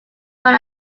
run